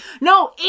no